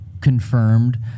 confirmed